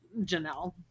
Janelle